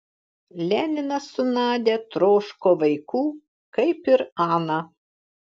leninas su nadia troško vaikų kaip ir ana